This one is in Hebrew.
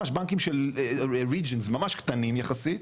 ממש בנקים של regions ממש קטנים יחסית,